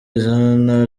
izina